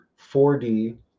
4D